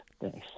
Thanks